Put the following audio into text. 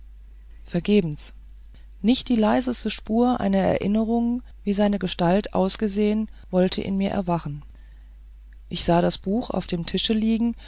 vergebens nicht die leiseste spur einer erinnerung wie seine gestalt ausgesehen wollte in mir erwachen ich sah das buch auf dem tische liegen